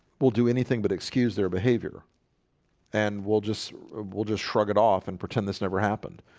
will do anything but excuse their behavior and we'll just we'll just shrug it off and pretend this never happened